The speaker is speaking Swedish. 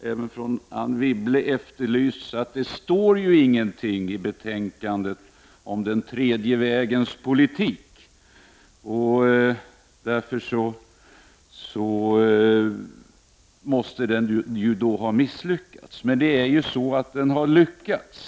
även Anne Wibble efterlyst den tredje vägens politik och sagt att det inte står något om den i betänkandet, och därför måste den ha misslyckats. Men den har lyckats.